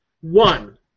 One